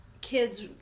kids